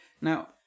Now